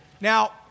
Now